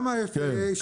גם ה-FAA,